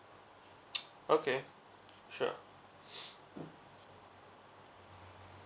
okay sure